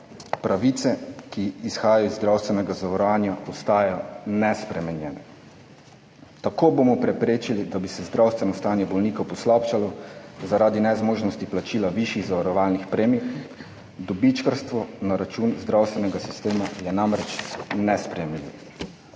Pravice, ki izhajajo iz zdravstvenega zavarovanja, ostajajo nespremenjene. Tako bomo preprečili, da bi se zdravstveno stanje bolnikov poslabšalo zaradi nezmožnosti plačila višjih zavarovalnih premij. Dobičkarstvo na račun zdravstvenega sistema je nesprejemljivo.